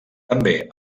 també